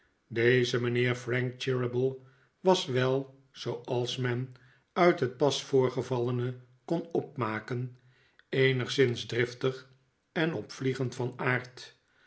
deze mijnheer frank cheeryble was wel zooals men uit het pas voorgevallene kon opmaken eenigszins driftig en opvliegend van aard